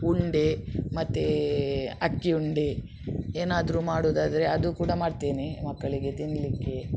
ಉಂಡೆ ಮತ್ತು ಅಕ್ಕಿ ಉಂಡೆ ಏನಾದರು ಮಾಡೋದಾದ್ರೆ ಅದು ಕೂಡ ಮಾಡ್ತೇನೆ ಮಕ್ಕಳಿಗೆ ತಿನ್ನಲಿಕ್ಕೆ